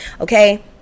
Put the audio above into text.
okay